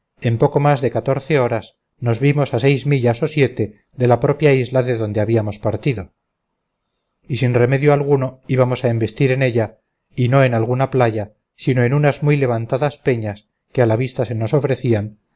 en poco más de catorce horas nos vimos a seis millas o siete de la propia isla de donde habíamos partido y sin remedio alguno íbamos a embestir en ella y no en alguna playa sino en unas muy levantadas peñas que a la vista se nos ofrecían